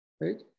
right